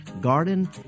garden